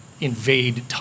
invade